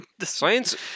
Science